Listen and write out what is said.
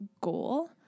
goal